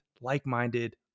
like-minded